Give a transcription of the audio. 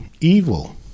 evil